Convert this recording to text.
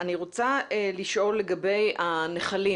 לא רק שהמבקרים צריכים להתחנך,